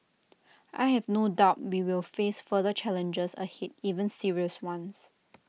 I have no doubt we will face further challenges ahead even serious ones